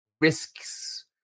risks